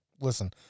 listen